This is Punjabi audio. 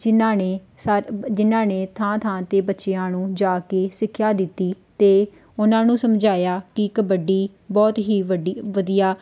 ਜਿਨ੍ਹਾਂ ਨੇ ਸਥ ਜਿਨ੍ਹਾਂ ਨੇ ਥਾਂ ਥਾਂ 'ਤੇ ਬੱਚਿਆਂ ਨੂੰ ਜਾ ਕੇ ਸਿੱਖਿਆ ਦਿੱਤੀ ਅਤੇ ਉਹਨਾਂ ਨੂੰ ਸਮਝਾਇਆ ਕਿ ਕਬੱਡੀ ਬਹੁਤ ਹੀ ਵੱਡੀ ਵਧੀਆ